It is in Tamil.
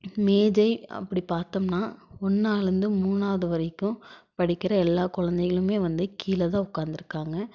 மேஜை அப்படி பார்த்தோம்னா ஒன்னாவுலருந்து மூணாவது வரைக்கும் படிக்கிற எல்லா குழந்தைங்களுமே வந்து கீழே தான் உட்காந்துருக்காங்க